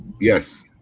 Yes